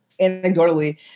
anecdotally